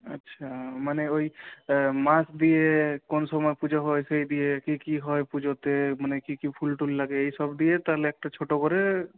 আচ্ছা মানে ওই মাস দিয়ে কোন সময়ে পূজো হয় সেই দিয়ে কি কি হয় পূজোতে মানে কি কি ফুল টুল লাগে এইসব দিয়ে তাহলে একটা ছোটো করে